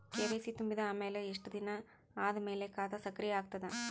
KYC ತುಂಬಿದ ಅಮೆಲ ಎಷ್ಟ ದಿನ ಆದ ಮೇಲ ಖಾತಾ ಸಕ್ರಿಯ ಅಗತದ?